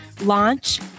launch